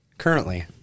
Currently